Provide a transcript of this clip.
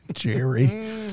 Jerry